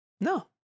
No